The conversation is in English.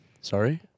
Sorry